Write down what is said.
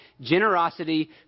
generosity